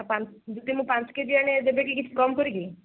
ପାଞ୍ଚ ଯଦି ମୁଁ ପାଞ୍ଚ କେଜି ଆଣେ ଦେବେକି କିଛି କମ୍ କରିକି